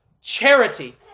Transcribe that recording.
charity